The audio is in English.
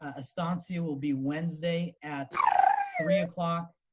ah estancia will be wednesday at three o'clock.